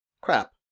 Crap